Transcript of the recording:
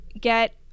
get